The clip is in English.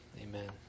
amen